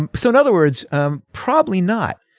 and so in other words um probably not.